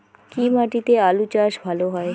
কি মাটিতে আলু চাষ ভালো হয়?